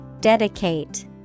Dedicate